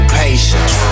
patience